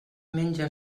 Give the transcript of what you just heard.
menja